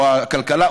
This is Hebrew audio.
או הכלכלה,